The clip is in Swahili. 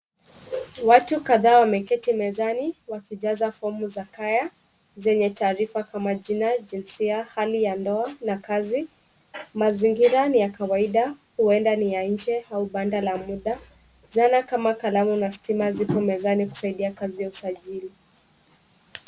Watu kadhaa wameketi mezani wakijaza fomu za kaya zenye taarifa kama jina, jinsia, hali ya ndoa na kazi. Mazingira ni ya kawaida, huenda ni ya nje au banda la muda, zana kama kalamu na stima zipo mezani kusaidia kazi ya usajili.